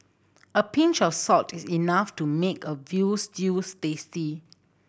a pinch of salt is enough to make a veal stew tasty